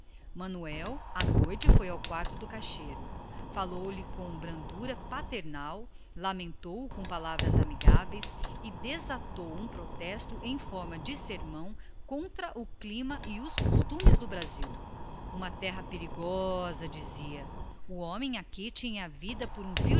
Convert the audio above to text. manuel foi à noite ao quarto do caixeiro falou-lhe com brandura paternal lamentou o com palavras amigáveis e desatou um protesto em forma de sermão contra o clima e os costumes do brasil uma terrinha com que é preciso cuidado perigosa perigosa dizia ele aqui a gente tem a vida por um